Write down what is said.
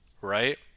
right